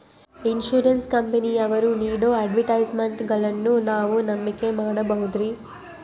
Insurance ಕಂಪನಿಯವರು ನೇಡೋ ಅಡ್ವರ್ಟೈಸ್ಮೆಂಟ್ಗಳನ್ನು ನಾವು ನಂಬಿಕೆ ಮಾಡಬಹುದ್ರಿ?